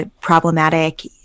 problematic